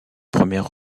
première